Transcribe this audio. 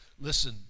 Listen